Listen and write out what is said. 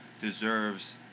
deserves